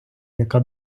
яка